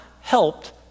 helped